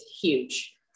huge